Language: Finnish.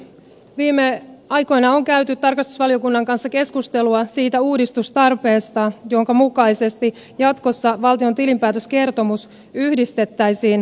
viime aikoina on käyty tarkastusvaliokunnan kanssa keskustelua siitä uudistustarpeesta jonka mukaisesti jatkossa valtion tilinpäätöskertomus yhdistettäisiin toimenpidekertomukseen